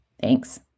thanks